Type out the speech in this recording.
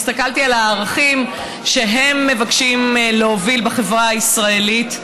והסתכלתי על הערכים שהם מבקשים להוביל בחברה הישראלית,